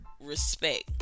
respect